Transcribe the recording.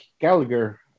Gallagher